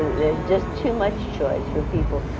there's just too much choice for people,